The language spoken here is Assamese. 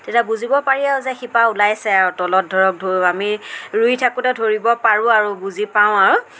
তেতিয়া বুজিব পাৰি আৰু যে শিপা ওলাইছে আৰু তলত ধৰক ধৰো আমি ৰুই থাকোঁতে ধৰিব পাৰোঁ আৰু বুজি পাওঁ আৰু